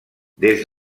des